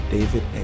David